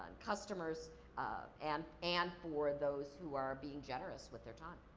and customers um and and for those who are being generous with their time.